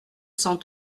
cent